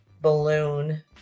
balloon